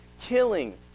killing